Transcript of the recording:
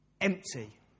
Empty